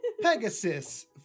Pegasus